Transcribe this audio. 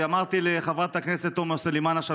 ואמרתי לחברת הכנסת תומא סלימאן עכשיו,